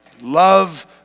Love